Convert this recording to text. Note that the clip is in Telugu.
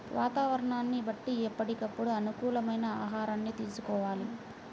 వాతావరణాన్ని బట్టి ఎప్పటికప్పుడు అనుకూలమైన ఆహారాన్ని తీసుకోవాలి